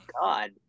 God